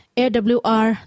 awr